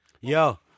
Yo